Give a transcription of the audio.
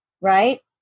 right